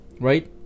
right